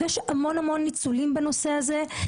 יש המון-המון ניצול בנושא הזה.